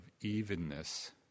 evenness